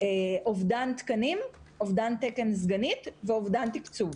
אובדן תקנים, אובדן תקן סגנית ואובדן תקצוב.